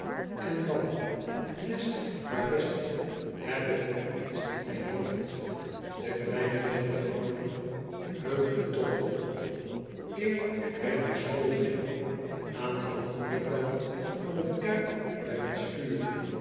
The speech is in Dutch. en dan lest maar best lb ik nog iets in mijn hoofd de kleine john harmon heugt u toch nog eer hij naar school ging aan den anderen kant van het erf bij ons vuur